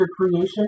creation